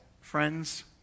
friends